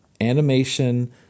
Animation